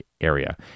area